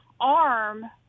arm